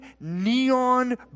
neon